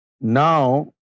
now